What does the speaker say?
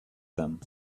them